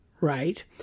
Right